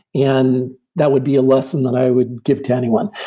and that would be a lesson that i would give to anyone.